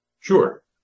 sure